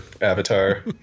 avatar